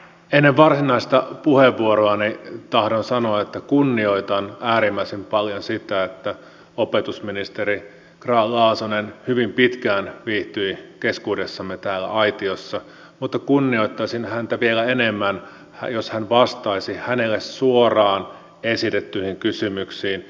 ennen varsinaista puheenvuoroani tahdon sanoa että kunnioitan äärimmäisen paljon sitä että opetusministeri grahn laasonen hyvin pitkään viihtyi keskuudessamme täällä aitiossa mutta kunnioittaisin häntä vielä enemmän jos hän vastaisi hänelle suoraan esitettyihin kysymyksiin